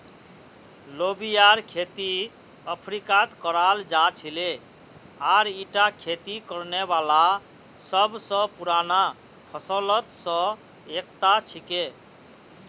लोबियार खेती अफ्रीकात कराल जा छिले आर ईटा खेती करने वाला सब स पुराना फसलत स एकता छिके